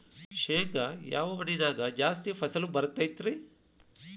ಶೇಂಗಾ ಯಾವ ಮಣ್ಣಿನ್ಯಾಗ ಜಾಸ್ತಿ ಫಸಲು ಬರತೈತ್ರಿ?